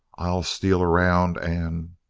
i'll steal around and